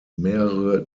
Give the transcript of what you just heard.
mehrere